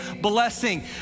blessing